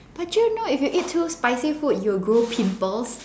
but you know if you eat too spicy food you will grow pimples